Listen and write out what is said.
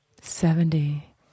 seventy